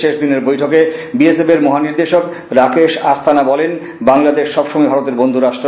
শেষ দিনের বৈঠকে বি এস এফ এর মহানির্দেশক রাকেশ আস্তানা বলেন বাংলাদেশ সবসময়ই ভারতের বন্ধু রাষ্ট্র